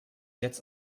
jetzt